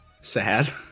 sad